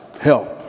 help